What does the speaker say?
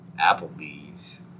Applebee's